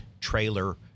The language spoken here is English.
trailer